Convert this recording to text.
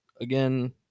again